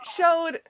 showed-